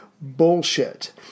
bullshit